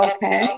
Okay